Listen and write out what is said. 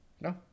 no